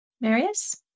Marius